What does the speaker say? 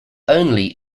only